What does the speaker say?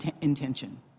intention